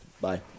bye